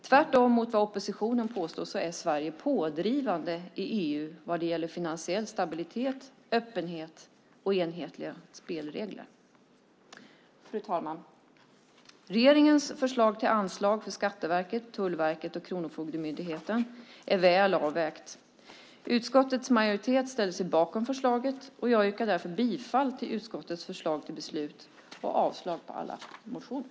Tvärtemot vad oppositionen påstår är Sverige pådrivande i EU vad gäller finansiell stabilitet, öppenhet och enhetliga spelregler. Fru talman! Regeringens förslag till anslag för Skatteverket, Tullverket och Kronofogdemyndigheten är väl avvägt. Utskottets majoritet ställer sig bakom förslaget, och jag yrkar därför bifall till utskottets förslag till beslut och avslag på alla motioner.